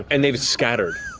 and they've scattered.